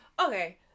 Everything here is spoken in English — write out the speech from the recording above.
okay